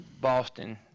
Boston